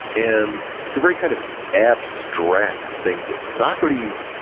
and it's a very kind of abstract thinking. socrates,